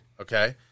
Okay